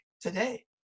today